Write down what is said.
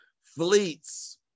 fleets